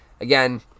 again